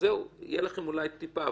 יהיה לכם אולי טיפה,